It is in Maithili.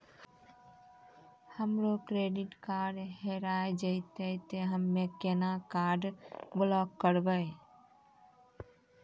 हमरो क्रेडिट कार्ड हेरा जेतै ते हम्मय केना कार्ड ब्लॉक करबै?